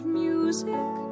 music